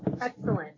Excellent